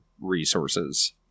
resources